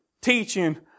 teaching